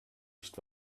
nicht